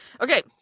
okay